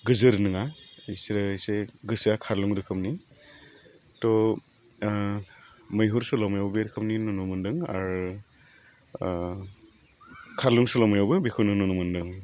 गोजोर नोङा बिसोरो एसे गोसोआ खारलुं रोखोमनि थह मैहुर सल'मायाव बे रोखोमनि नुनो मोन्दों आरो खारलुं सल'मायावबो बेखौ नुनो मोन्दों